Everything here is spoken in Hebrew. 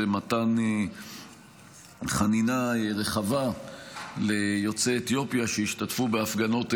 למתן חנינה רחבה ליוצאי אתיופיה שהשתתפו בהפגנות מחאה,